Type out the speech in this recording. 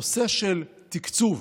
הנושא של תקצוב